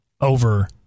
over